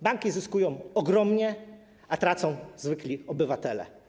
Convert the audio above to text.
Banki zyskują ogromnie, a tracą zwykli obywatele.